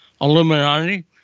Illuminati